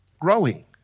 growing